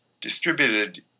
distributed